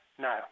No